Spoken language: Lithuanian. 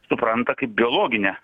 supranta kaip biologinę